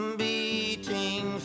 beating